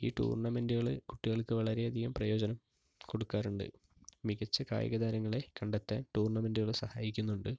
ഈ ടൂർണമെന്റുകള് കുട്ടികൾക്ക് വളരെ അധികം പ്രയോജനം കൊടുക്കാറുണ്ട് മികച്ച കായിക താരങ്ങളെ കണ്ടെത്താൻ ടൂർണമെന്റുകൾ സഹായിക്കുന്നുണ്ട്